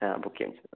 ആ ബുക്കിംഗ് ചെയ്തോ